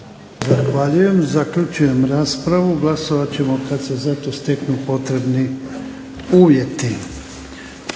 Zahvaljujem. Zaključujem raspravu. Glasovat ćemo kad se za to steknu potrebni uvjeti.